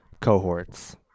cohorts